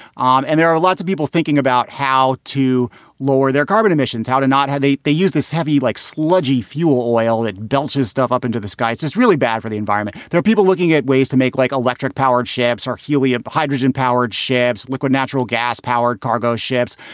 um and there are lots of people thinking about how to lower their carbon emissions, how to not how they they use this heavy, like sludgy fuel oil that belches stuff up into the skies is really bad for the environment. there are people looking at ways to make like electric powered ships are helium, hydrogen powered shabbas, liquid natural gas powered cargo ships.